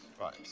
Right